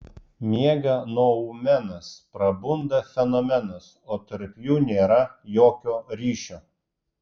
miega noumenas prabunda fenomenas o tarp jų nėra jokio ryšio